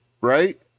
right